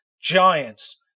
giants